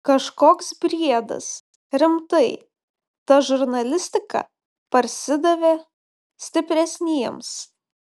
kažkoks briedas rimtai ta žurnalistika parsidavė stipresniems